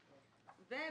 בנוסף,